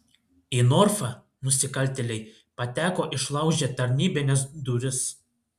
į norfą nusikaltėliai pateko išlaužę tarnybines duris